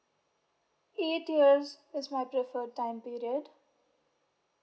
eight years is my preferred time period